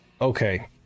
Okay